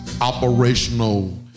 operational